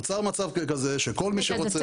נוצר מצב כזה שכל מי שרוצה --- אתה